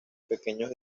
pequeños